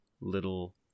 little